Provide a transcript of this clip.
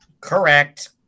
Correct